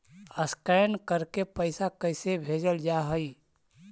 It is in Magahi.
स्कैन करके पैसा कैसे भेजल जा हइ?